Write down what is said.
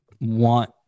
want